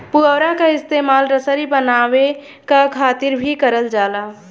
पुवरा क इस्तेमाल रसरी बनावे क खातिर भी करल जाला